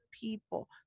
people